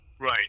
Right